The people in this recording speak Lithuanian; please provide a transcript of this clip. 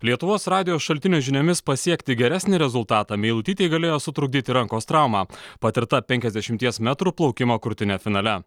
lietuvos radijo šaltinio žiniomis pasiekti geresnį rezultatą meilutytei galėjo sutrukdyti rankos trauma patirta penkiasdešimties metrų plaukimo krūtine finale